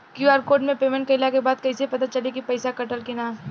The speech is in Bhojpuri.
क्यू.आर कोड से पेमेंट कईला के बाद कईसे पता चली की पैसा कटल की ना?